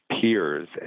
peers